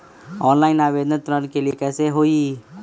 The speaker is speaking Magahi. ऑनलाइन आवेदन ऋन के लिए कैसे हुई?